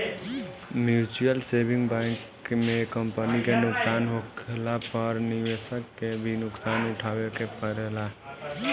mutual saving bank में company के नुकसान होखला पर निवेशक के भी नुकसान उठावे के पड़ेला